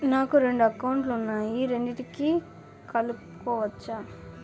నాకు రెండు అకౌంట్ లు ఉన్నాయి రెండిటినీ కలుపుకోవచ్చా?